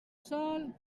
sol